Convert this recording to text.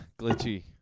Glitchy